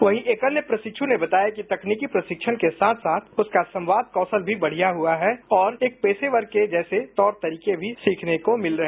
वहीं एक अन्य प्रशिक् ने बताया कि तकनीकी प्रशिक्षण के साथ साथ उसका संवाद कौशल बढिया हुआ है और एक पेशेवर के जैसे तौर तरीके भी ँ सीखने को मिले हैं